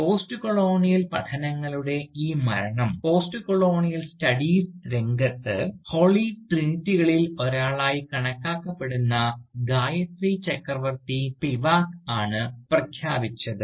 postcolonial പഠനങ്ങളുടെ ഈ മരണം പോസ്റ്റ്കൊളോണിയൽ സ്റ്റഡീസ് രംഗത്ത് ഹോളി ട്രിനിറ്റികളിൽ ഒരാളായി കണക്കാക്കപ്പെടുന്ന ഗായത്രി ചക്രവർത്തി സ്പിവാക് ആണ് പ്രഖ്യാപിച്ചത്